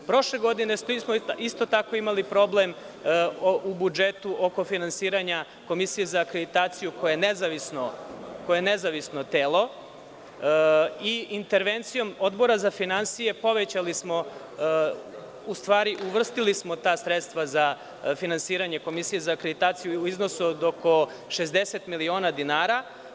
Prošle godine smo isto tako imalo problem u budžetu oko finansiranja Komisije za akreditaciju, koja je nezavisno telo, i intervencijom Odbora za finansije uvrstili smo ta sredstva za finansiranje Komisije za akreditaciju u iznosu od oko 60 miliona dinara.